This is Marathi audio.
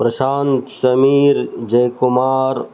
प्रशांत समीर जयकुमार